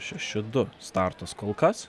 šeši du startas kol kas